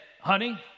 honey